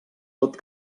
tot